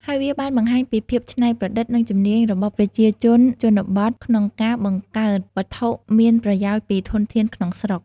ហើយវាបានបង្ហាញពីភាពច្នៃប្រឌិត និងជំនាញរបស់ប្រជាជនជនបទក្នុងការបង្កើតវត្ថុមានប្រយោជន៍ពីធនធានក្នុងស្រុក។